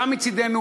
גם מצדנו,